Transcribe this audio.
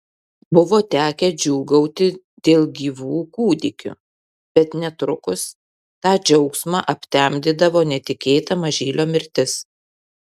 buvo tekę džiūgauti dėl gyvų kūdikių bet netrukus tą džiaugsmą aptemdydavo netikėta mažylio mirtis